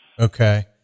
okay